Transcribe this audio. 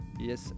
Yes